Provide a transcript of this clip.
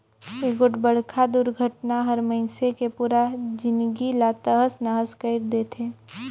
एगोठ बड़खा दुरघटना हर मइनसे के पुरा जिनगी ला तहस नहस कइर देथे